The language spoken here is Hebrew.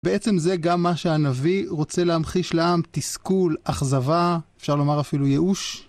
בעצם זה גם מה שהנביא רוצה להמחיש לעם, תסכול, אכזבה, אפשר לומר אפילו ייאוש.